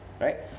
right